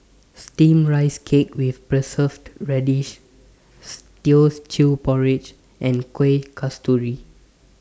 Steamed Rice Cake with Preserved Radish Teochew Porridge and Kuih Kasturi